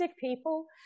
people